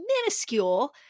minuscule